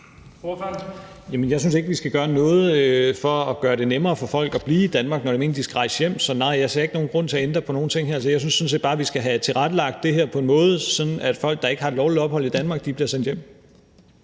jeg synes ikke, vi skal gøre noget for at gøre det nemmere for folk at blive i Danmark, når det er meningen, at de skal rejse hjem. Så nej, jeg ser ikke nogen grund til at ændre på nogen ting her. Jeg synes sådan set bare, at vi skal have tilrettelagt det her på en måde, så folk, der ikke har et lovligt ophold i Danmark, bliver sendt hjem.